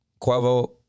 Quavo